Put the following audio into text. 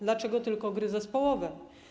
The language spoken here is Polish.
Dlaczego tylko gry zespołowe?